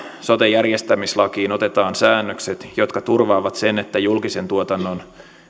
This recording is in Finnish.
sote järjestämislakiin otetaan säännökset jotka turvaavat sen että julkisen tuotannon